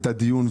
התשנ"ד-1994,